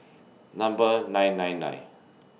Number nine nine nine